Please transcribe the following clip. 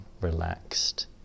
relaxed